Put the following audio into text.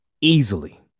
Easily